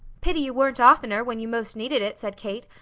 pity you weren't oftener, when you most needed it, said kate,